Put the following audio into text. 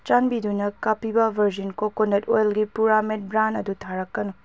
ꯆꯥꯟꯕꯤꯗꯨꯅ ꯀꯥꯄꯤꯕꯥ virgin coconut ꯑꯣꯏꯜꯒꯤ ꯄꯨꯔꯥꯃꯦꯠ ꯕ꯭ꯔꯥꯟ ꯑꯗꯨ ꯊꯥꯔꯛꯀꯅꯨ